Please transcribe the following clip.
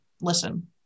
listen